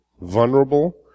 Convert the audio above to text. vulnerable